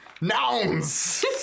nouns